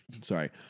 sorry